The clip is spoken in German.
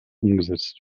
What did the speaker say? umgesetzt